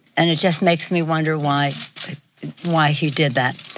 and it just makes me wonder why why he did that.